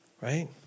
Right